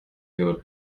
your